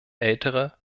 ältere